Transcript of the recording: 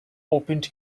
opened